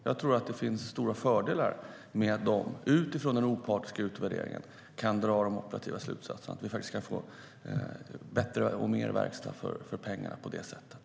Jag tror att det finns stora fördelar med att MSB utifrån den opartiska utvärderingen kan dra de operativa slutsatserna. Vi kan få bättre och mer verkstad för pengarna på det sättet.